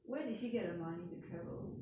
where did she get the money to travel